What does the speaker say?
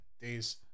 days